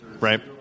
Right